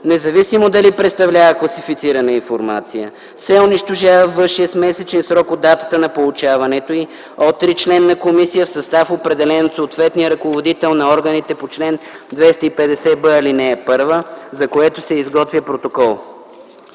независимо дали представлява класифицирана информация, се унищожава в 6-месечен срок от датата на получаването й от тричленна комисия в състав, определен от съответния ръководител на органите по чл. 250б, ал. 1, за което се изготвя протокол.”